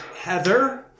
Heather